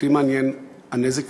אותי מעניין הנזק